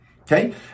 okay